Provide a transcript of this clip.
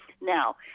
Now